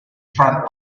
front